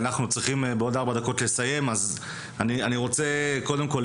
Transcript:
אני רוצה קודם כל,